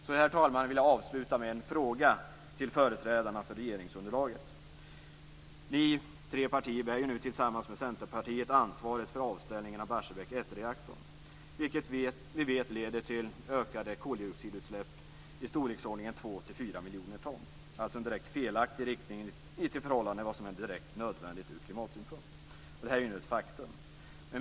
Så, herr talman, vill jag avluta med en fråga till företrädarna för regeringsunderlaget. Ni tre partier bär ju nu tillsammans med Centerpartiet ansvaret för avställningen av Barsebäck 1-reaktorn, som vi vet leder till ökade koldioxidutsläpp i storleksordningen 2-4 miljoner ton. Det är alltså en direkt felaktig inriktning i förhållande till vad som är nödvändigt ur klimatsynpunkt. Det är nu ett faktum.